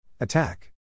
Attack